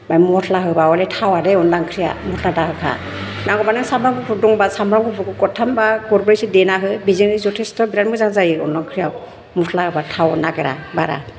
बा मस्ला होबा हले थावा दे अनला ओंख्रिया मस्ला दाहोखा नांगौबा नों सामब्राम गुफुर दङबा सामब्राम गुफुरखौ गरथाम बा गरब्रैसो देना हो बेजोंनो जथेस्थ' बिराथ मोजां जायो अनला ओंख्रियाव मस्ला होबा थावनो नागिरा बारा